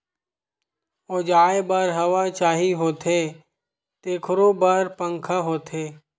ओसाए बर हवा चाही होथे तेखरो बर पंखा होथे